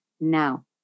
now